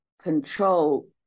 control